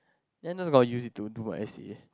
then just gonna use it to do essay